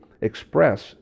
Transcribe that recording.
express